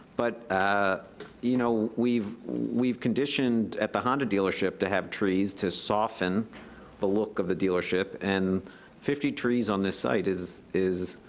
but ah you know, we've we've conditioned at the honda dealership to have trees to soften the look of the dealership, and fifty trees on this site is,